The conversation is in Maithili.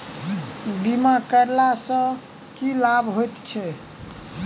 बीमा करैला सअ की लाभ होइत छी?